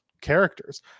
characters